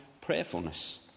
prayerfulness